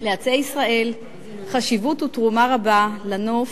לעצי ישראל חשיבות ותרומה רבה לנוף,